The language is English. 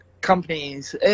companies